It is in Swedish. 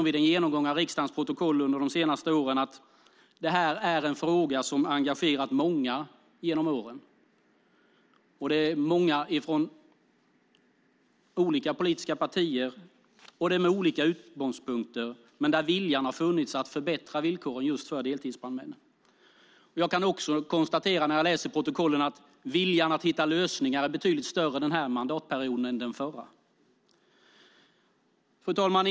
Vid en genomgång av riksdagens protokoll för de senaste åren noterar jag dessutom att detta är en fråga som har engagerat många genom åren, från olika politiska partier och med olika utgångspunkter. Det har funnits en vilja att förbättra villkoren just för deltidsbrandmännen. Jag kan också konstatera, när jag läser protokollen, att viljan att hitta lösningar är betydligt större under den här mandatperioden än den förra. Fru talman!